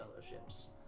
fellowships